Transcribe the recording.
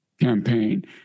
campaign